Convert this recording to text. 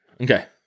Okay